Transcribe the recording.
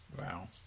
Wow